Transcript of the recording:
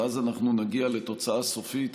ואז אנחנו נגיע לתוצאה סופית